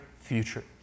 future